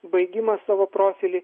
baigimą savo profilį